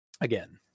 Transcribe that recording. Again